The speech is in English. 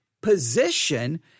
position